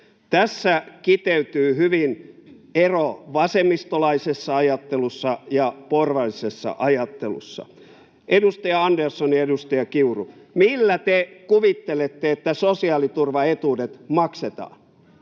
Tässä kiteytyy hyvin ero vasemmistolaisessa ajattelussa ja porvarillisessa ajattelussa. Edustaja Andersson ja edustaja Kiuru, millä te kuvittelette, että sosiaaliturvaetuudet maksetaan?